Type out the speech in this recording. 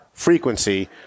frequency